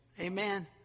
Amen